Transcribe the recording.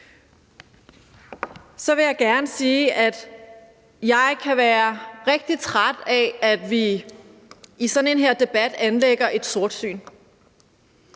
Så vil jeg gerne sige, at jeg kan være rigtig træt af, at vi i sådan en debat her anlægger et sortsyn.